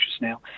now